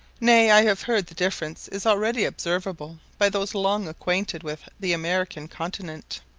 nay, i have heard the difference is already observable by those long acquainted with the american continent.